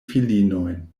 filinojn